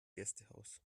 gästehaus